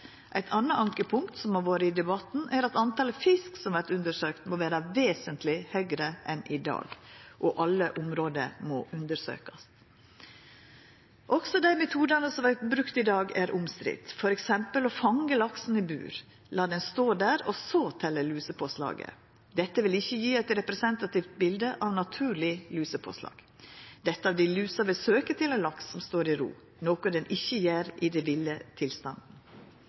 Eit anna ankepunkt som har vore i debatten, er at talet på fisk som vert undersøkt, må vera vesentleg høgare enn i dag, og alle område må undersøkjast. Også dei metodane som vert brukte i dag, er omstridde, f.eks. å fanga laksen i bur, la han stå der og så telja lusepåslaget. Dette vil ikkje gje eit representativt bilde av naturleg lusepåslag av di lusa vil søkja til ein laks som står i ro, noko han ikkje gjer i